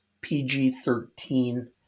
PG-13